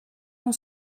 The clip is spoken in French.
ont